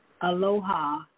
Aloha